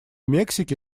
мексики